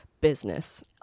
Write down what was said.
business